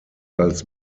als